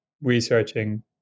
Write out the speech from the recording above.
researching